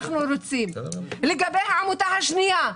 לגבי העמותה השנייה,